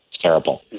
Terrible